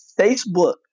Facebook